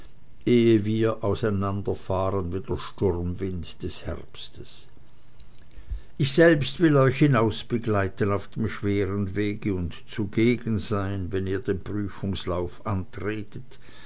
wir auseinanderfahren wie der sturmwind des herbstes ich selbst will euch hinausbegleiten auf dem schweren wege und zugegen sein wenn ihr den prüfungslauf antretet